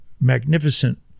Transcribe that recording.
magnificent